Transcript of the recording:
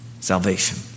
salvation